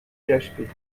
php